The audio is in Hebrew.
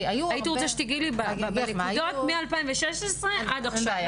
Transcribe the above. הייתי רוצה שתיגעי לי בנקודות מ-2016 עד עכשיו.